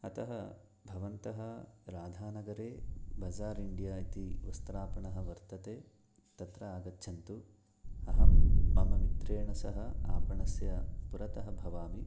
अतः भवन्तः राधानगरे बजा़र् इण्डिय इति वस्त्रापणः वर्तते तत्र आगच्छन्तु अहं मम मित्रेण सह आपणस्य पुरतः भवामि